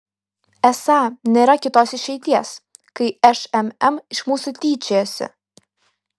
esą nėra kitos išeities kai šmm iš mūsų tyčiojasi